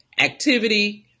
activity